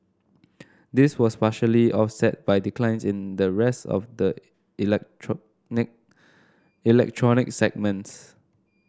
this was partially offset by declines in the rest of the electronic electronic segments